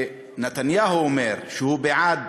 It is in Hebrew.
מה שנתניהו אמר: שהוא בעד